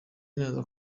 neza